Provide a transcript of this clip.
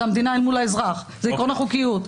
זה המדינה מול האזרח, זה עקרון החוקיות.